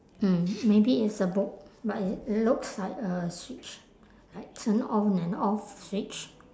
mm maybe it's a book but i~ it looks like a switch like turn on and off switch